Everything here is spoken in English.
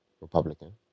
Republican